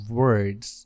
words